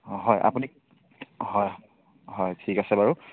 হয় আপুনি হয় হয় ঠিক আছে বাৰু